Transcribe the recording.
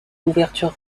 ouverture